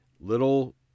little